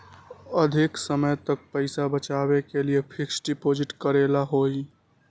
अधिक समय तक पईसा बचाव के लिए फिक्स डिपॉजिट करेला होयई?